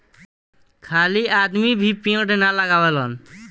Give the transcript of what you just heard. खाली आदमी भी पेड़ ना लगावेलेन